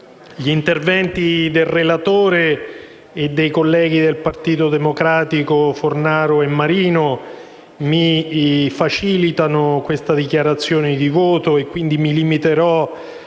gli interventi del relatore e dei colleghi del Partito Democratico Fornaro e Marino mi facilitano questa dichiarazione di voto e quindi mi limiterò